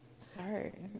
sorry